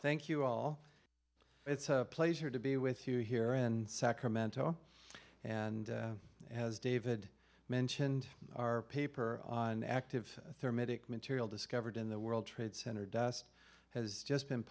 thank you all it's a pleasure to be with you here in sacramento and as david mentioned our paper on active thermogenic material discovered in the world trade center dust has just been